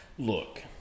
Look